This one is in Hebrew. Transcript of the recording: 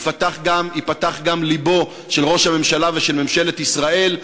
ייפתח גם הלב של ראש הממשלה ושל ממשלת ישראל.